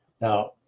now